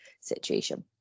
situation